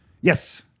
Yes